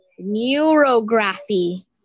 Neurography